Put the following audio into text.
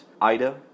Ida